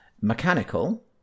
mechanical